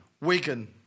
Wigan